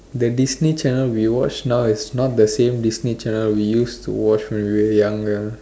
the Disney channel we watch now is not the same Disney channel we used to watch when we were younger